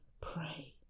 Pray